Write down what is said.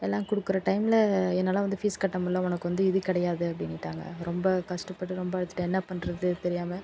எல்லாம் கொடுக்குற டைமில் என்னால் வந்து ஃபீஸ் கட்ட முடில உனக்கு வந்து இது கிடையாது அப்படினுன்ட்டாங்க ரொம்ப கஷ்டப்பட்டு ரொம்ப அழுதுட்டேன் என்ன பண்ணுறது தெரியாமல்